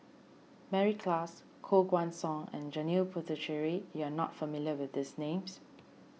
Mary Klass Koh Guan Song and Janil Puthucheary you are not familiar with these names